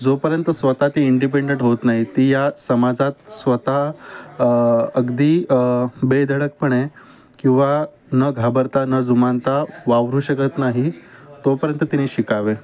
जोपर्यंत स्वता ती इंडिपेंडंट होत नाई ती या समाजात स्वतः अगदी बेदळकपणे किंवा न घाबरता नुमानता वावरू शकत नाही तोपर्यंत तिने शिकावे